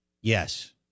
Yes